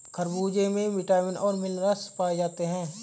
खरबूजे में विटामिन और मिनरल्स पाए जाते हैं